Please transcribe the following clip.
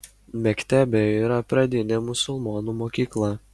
mektebė yra pradinė musulmonų mokykla